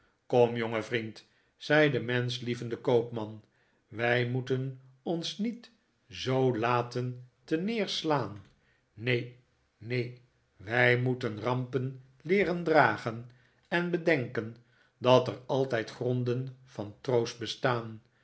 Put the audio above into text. kom jonge vriend zei de menschlievende koopman wij moeten ons niet zoo laten terneerslaan neen neen wij moeten rampen leeren dragen en bedenken dat er altijd gronden van troost bestaan